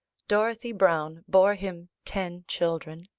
dorothy browne bore him ten children,